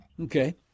Okay